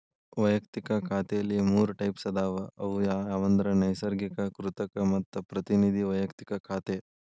ವಯಕ್ತಿಕ ಖಾತೆಲಿ ಮೂರ್ ಟೈಪ್ಸ್ ಅದಾವ ಅವು ಯಾವಂದ್ರ ನೈಸರ್ಗಿಕ, ಕೃತಕ ಮತ್ತ ಪ್ರತಿನಿಧಿ ವೈಯಕ್ತಿಕ ಖಾತೆ